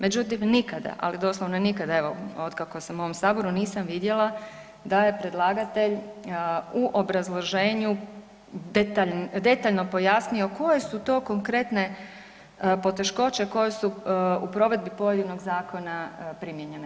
Međutim, nikada, ali doslovno nikada, evo, otkako sam u ovom Saboru, nisam vidjela da je predlagatelj u obrazloženju detaljno pojasnio koje su to konkretne poteškoće koje su u provedbi pojedinog zakona primijenjene.